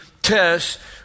tests